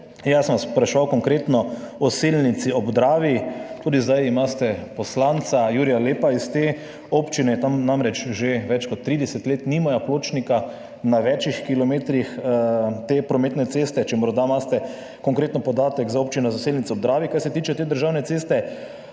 Jaz sem vas spraševal konkretno o Selnici ob Dravi. Tudi zdaj imate poslanca Jurija Lepa iz te občine. Tam namreč že več kot 30 let nimajo pločnika na več kilometrih te prometne ceste. Morda imate konkreten podatek za Občino Selnica ob Dravi, kar se tiče te državne ceste?